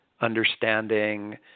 understanding